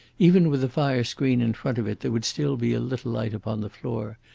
even with the fire-screen in front of it there would still be a little light upon the floor,